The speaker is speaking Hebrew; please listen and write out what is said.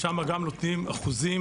שם גם נותנים אחוזים